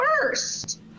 first